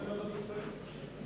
(תיקון מס' 4), התש"ע 2010,